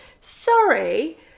Sorry